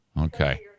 Okay